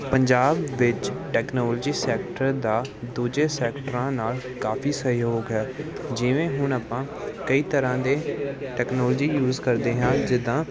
ਪੰਜਾਬ ਵਿੱਚ technology sector ਦਾ ਦੂਜੇ ਸੈਕਟਰਾਂ ਨਾਲ ਕਾਫੀ ਸਹਿਯੋਗ ਹੈ ਜਿਵੇਂ ਹੁਣ ਆਪਾਂ ਕਈ ਤਰ੍ਹਾਂ ਦੇ ਟੈਕਨੋਲਜੀ ਯੂਜ ਕਰਦੇ ਹਾਂ ਜਿੱਦਾਂ